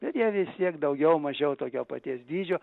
bet jie vis tiek daugiau mažiau tokio paties dydžio